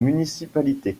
municipalité